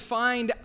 find